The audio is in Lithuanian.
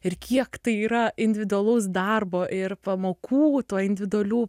ir kiek tai yra individualaus darbo ir pamokų tų individualių